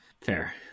Fair